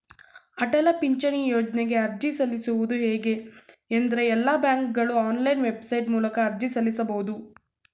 ಅಟಲ ಪಿಂಚಣಿ ಯೋಜ್ನಗೆ ಅರ್ಜಿ ಸಲ್ಲಿಸುವುದು ಹೇಗೆ ಎಂದ್ರೇ ಎಲ್ಲಾ ಬ್ಯಾಂಕ್ಗಳು ಆನ್ಲೈನ್ ವೆಬ್ಸೈಟ್ ಮೂಲಕ ಅರ್ಜಿ ಸಲ್ಲಿಸಬಹುದು